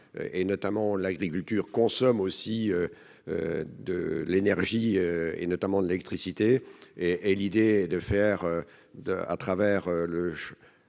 et notamment l'agriculture consomme aussi de l'énergie et notamment de l'électricité et et l'idée de faire deux à travers le